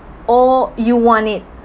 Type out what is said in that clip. or you want it